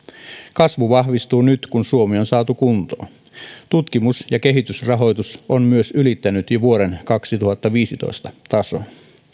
kasvu vahvistuu nyt kun suomi on saatu kuntoon tutkimus ja kehitysrahoitus on myös ylittänyt jo vuoden kaksituhattaviisitoista tason